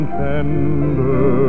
tender